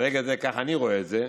וברגע זה כך אני רואה את זה,